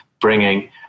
bringing